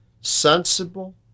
sensible